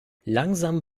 langsam